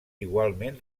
igualment